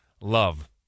Love